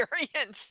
experience